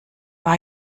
war